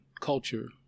culture